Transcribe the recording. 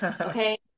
okay